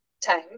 time